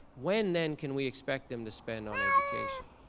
when then can we expect them to spend on education?